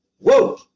whoa